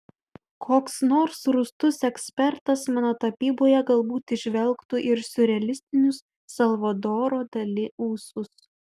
koks nors rūstus ekspertas mano tapyboje galbūt įžvelgtų ir siurrealistinius salvadoro dali ūsus